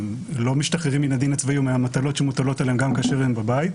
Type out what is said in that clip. לא משתחררים מן הדין הצבאי או מהמטלות שמוטלות עליהם גם כאשר הם בבית.